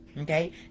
okay